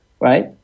right